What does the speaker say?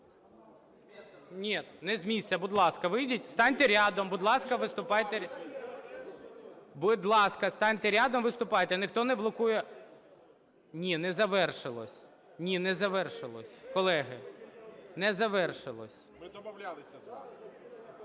Ні, не з місця. Будь ласка, вийдіть, станьте рядом, будь ласка, виступайте. Будь ласка, станьте рядом і виступайте. Ніхто не блокує. Ні, не звершилось. Ні, не завершилось. Колеги, не завершилось.